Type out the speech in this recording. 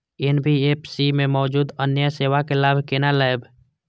NBFC में मौजूद अन्य सेवा के लाभ केना लैब?